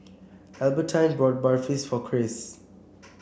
Albertine bought Barfi for Cris